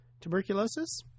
Tuberculosis